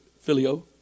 filio